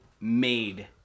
made